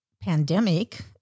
pandemic